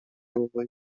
ovoj